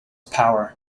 power